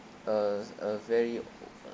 a a very